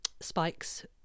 spikes